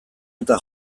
eta